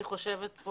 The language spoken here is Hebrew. אני חושבת,